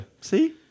See